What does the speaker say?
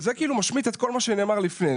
זה כאילו משמיט את כל מה שנאמר לפני.